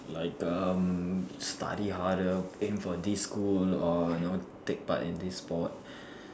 like um study harder aim for this school or you know take part in this sport